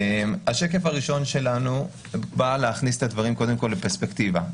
השקף הראשון שלנו בא להכניס את הדברים קודם כל לפרספקטיבה.